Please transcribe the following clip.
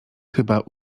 chyba